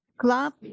club